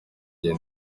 gihe